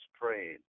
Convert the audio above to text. praying